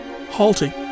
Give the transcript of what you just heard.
halting